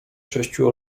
sześciu